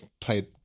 played